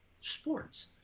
sports